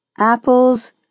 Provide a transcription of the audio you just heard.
apples